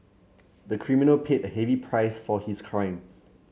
the criminal paid a heavy price for his crime